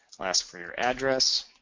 will ask for your address.